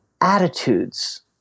attitudes